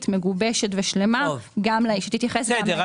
מגובשת ושלמה שתתייחס גם --- בסדר,